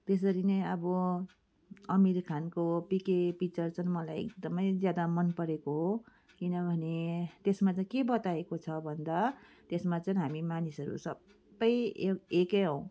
त्यसरी नै अब अमिर खानको पिके पिक्चर चाहिँ मलाई एकदमै ज्यादा मन परेको हो किनभने त्यसमा चाहिँ के बताएको छ भन्दा त्यसमा चाहिँ हामी मानिसहरू सबै एक एकै हौँ